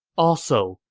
also,